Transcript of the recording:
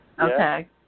Okay